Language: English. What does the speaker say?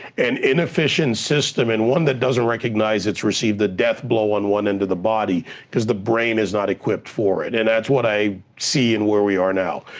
an inefficient system and one that doesn't recognize it's received the death blow on one end of the body cause the brain is not equipped for it, and that's what i see in where we are now.